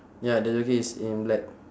ya the jockey is in black